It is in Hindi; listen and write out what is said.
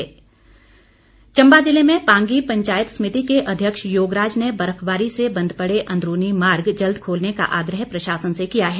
पंचायत समिति चम्बा जिले में पांगी पंचायत समिति के अध्यक्ष योगराज ने बर्फबारी से बंद पड़े अंदरूनी मार्ग जल्द खोलने का आग्रह प्रशासन से किया है